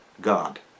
God